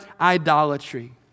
idolatry